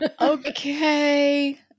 Okay